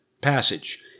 passage